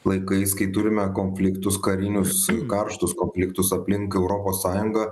laikais kai turime konfliktus karinius karštus konfliktus aplink europos sąjungą